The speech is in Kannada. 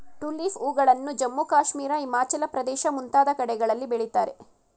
ಟುಲಿಪ್ ಹೂಗಳನ್ನು ಜಮ್ಮು ಕಾಶ್ಮೀರ, ಹಿಮಾಚಲ ಪ್ರದೇಶ ಮುಂತಾದ ಕಡೆಗಳಲ್ಲಿ ಬೆಳಿತಾರೆ